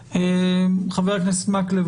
חבר הכנסת מקלב,